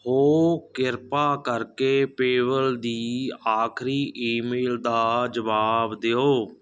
ਹੋ ਕਿਰਪਾ ਕਰਕੇ ਪੇਵਲ ਦੀ ਆਖਰੀ ਈਮੇਲ ਦਾ ਜਵਾਬ ਦਿਉ